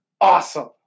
Awesome